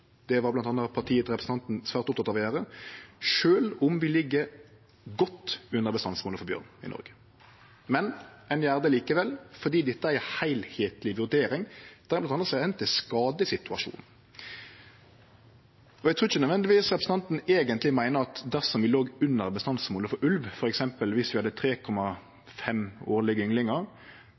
det var partiet til representanten svært oppteke av å gjere – sjølv om vi ligg godt under bestandsmålet for bjørn i Noreg. Men ein gjer det likevel fordi dette er ei heilskapleg vurdering der ein bl.a. ser på skadesituasjonen. Eg trur ikkje nødvendigvis representanten eigentleg meiner at dersom vi låg under bestandsmålet for ulv, f.eks. viss vi hadde 3,5 årlege ynglingar,